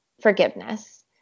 forgiveness